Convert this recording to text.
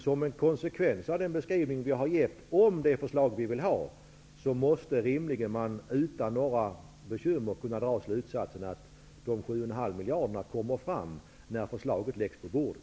Som en konsekvens av den beskrivning som vi har lämnat av vårt förslag måste man rimligen utan några bekymmer kunna dra slutsatsen att de 7,5 miljarderna kommer att tas fram när förslaget läggs på bordet.